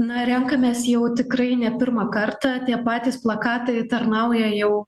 na renkamės jau tikrai ne pirmą kartą tie patys plakatai tarnauja jau